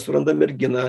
suranda merginą